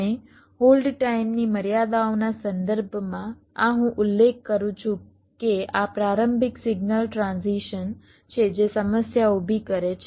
અને હોલ્ડ ટાઇમની મર્યાદાઓના સંદર્ભમાં આ હું ઉલ્લેખ કરું છું કે આ પ્રારંભિક સિગ્નલ ટ્રાન્ઝિશન છે જે સમસ્યા ઊભી કરે છે